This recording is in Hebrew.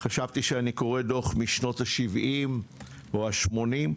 חשבתי שאני קורא דוח משנות השבעים או השמונים.